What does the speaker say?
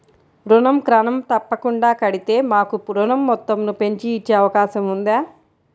ఋణం క్రమం తప్పకుండా కడితే మాకు ఋణం మొత్తంను పెంచి ఇచ్చే అవకాశం ఉందా?